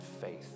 faith